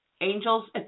angels